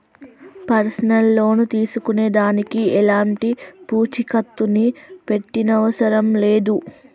personal loan తీసుకునే దానికి ఎలాంటి పూచీకత్తుని పెట్టనవసరం లేదు